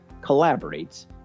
collaborates